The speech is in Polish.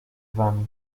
wami